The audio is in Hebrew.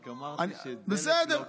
רק אמרתי שזה לא קשור.